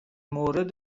مورد